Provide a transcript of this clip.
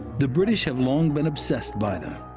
the british have long been obsessed by them.